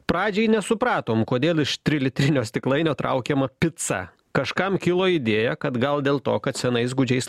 pradžiai nesupratom kodėl iš trilitrinio stiklainio traukiama pica kažkam kilo idėja kad gal dėl to kad senais gūdžiais